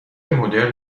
مدرن